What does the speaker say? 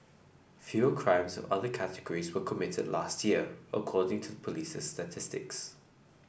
fewer crimes of other categories were committed last year according to the police's statistics